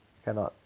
cannot